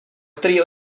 který